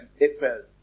April